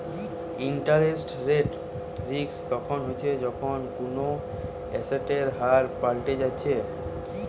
interest rate risk তখন হচ্ছে যখন কুনো এসেটের হার পাল্টি যাচ্ছে